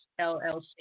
LLC